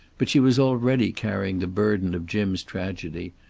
but she was already carrying the burden of jim's tragedy,